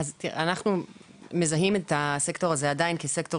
אנחנו עדיין מזהים את הסקטור הזה כסקטור